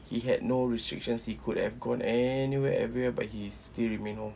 he had no restrictions he could have gone anywhere everywhere but he still remain orh